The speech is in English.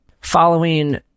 following